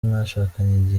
mwashakanye